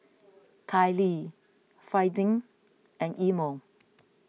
Kailee and Imo